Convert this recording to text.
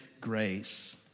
grace